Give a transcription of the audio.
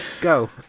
Go